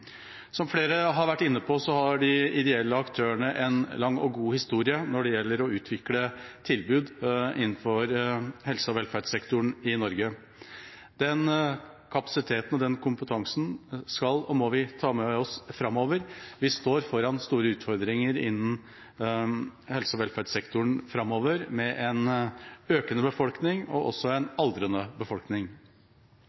Som flere har vært inne på, har de ideelle aktørene en lang og god historie når det gjelder å utvikle tilbud innenfor helse- og velferdssektoren i Norge. Den kapasiteten og kompetansen skal og må vi ta med oss framover. Vi står foran store utfordringer innen helse- og velferdssektoren framover, med en økende og også